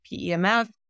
PEMF